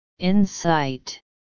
Insight